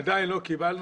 עדיין לא קיבלנו,